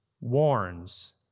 warns